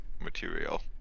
material